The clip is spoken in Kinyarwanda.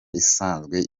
isanzwe